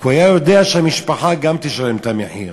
כי הם היו יודעים שהמשפחה גם תשלם את המחיר.